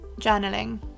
journaling